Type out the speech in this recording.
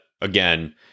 again